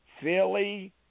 Philly